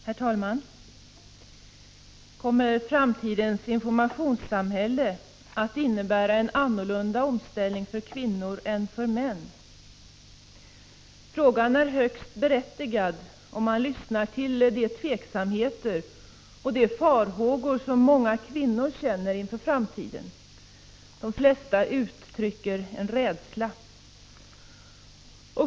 Herr talman! Kommer framtidens informationssamhälle att innebära en annorlunda omställning för kvinnor än för män? Frågan är högst berättigad om man är medveten om de tveksamheter och de farhågor som många kvinnor känner inför framtiden. De flesta kvinnor uttrycker en rädsla.